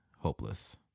hopeless